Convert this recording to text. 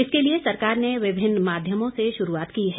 इसके लिए सरकार ने विभिन्न माध्यमों से शुरूआत की है